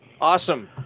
Awesome